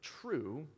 true